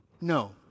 No